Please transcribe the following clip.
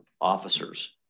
officers